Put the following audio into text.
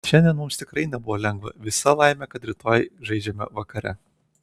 šiandien mums tikrai nebuvo lengva visa laimė kad rytoj žaidžiame vakare